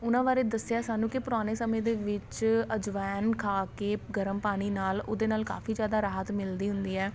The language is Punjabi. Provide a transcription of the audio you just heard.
ਉਹਨਾਂ ਬਾਰੇ ਦੱਸਿਆ ਸਾਨੂੰ ਕਿ ਪੁਰਾਣੇ ਸਮੇਂ ਦੇ ਵਿੱਚ ਅਜਵੈਨ ਖਾ ਕੇ ਗਰਮ ਪਾਣੀ ਨਾਲ ਉਹਦੇ ਨਾਲ ਕਾਫੀ ਜ਼ਿਆਦਾ ਰਾਹਤ ਮਿਲਦੀ ਹੁੰਦੀ ਹੈ